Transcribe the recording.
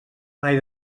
mai